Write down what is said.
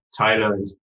Thailand